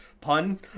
pun